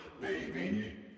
baby